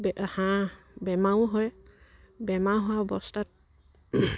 হাঁহ বেমাৰো হয় বেমাৰ হোৱা অৱস্থাত